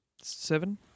Seven